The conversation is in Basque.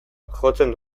jotzen